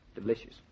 Delicious